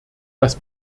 das